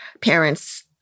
parents